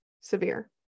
severe